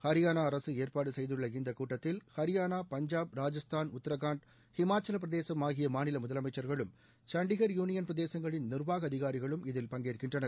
ஹரியானா அரசு ஏற்பாடு செய்துள்ள இந்த கூட்டத்தில் ஹரியானா பஞ்சாப் ராஜஸ்தான் உத்திரகாண்ட் ஹிமாச்சலப்பிரதேசம் ஆகிய மாநில முதலமைச்சர்களும் சண்டிகர் யூனியன் பிரதேசங்களின் நிர்வாக அதிகாரிகளும் இதில் பங்கேற்கின்றனர்